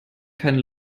keine